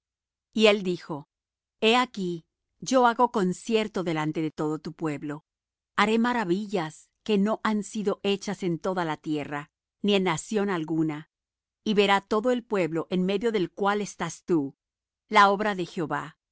y él dijo he aquí yo hago concierto delante de todo tu pueblo haré maravillas que no han sido hechas en toda la tierra ni en nación alguna y verá todo el pueblo en medio del cual estás tú la obra de jehová